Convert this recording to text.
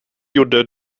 gjorde